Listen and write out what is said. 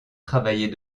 travailler